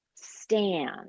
Stand